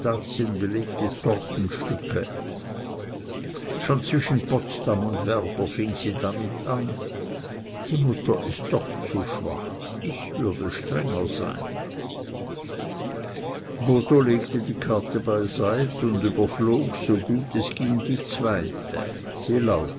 belegte tortenstücke schon zwischen potsdam und werder fing sie damit an die mutter ist doch zu schwach ich würde strenger sein botho legte die karte beiseit und überflog so gut es ging die zweite sie lautete